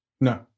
no